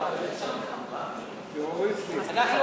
חוק הדיינים (תיקון,